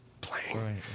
playing